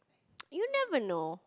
you never know